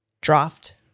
draft